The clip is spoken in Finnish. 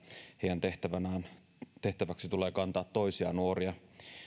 heidän tehtäväkseen tulee kantaa toisia nuoria